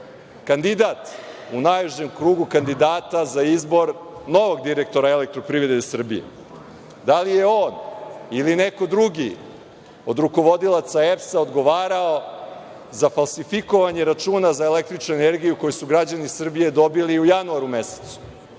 kandidat u najužem krugu kandidata za izbor novog direktora EPS? Da li je on ili neko drugi od rukovodioca EPS-a odgovarao za falsifikovanje računa za električnu energiju koju su građani Srbije dobili u januaru mesecu